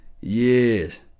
Yes